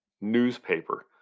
newspaper